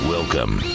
Welcome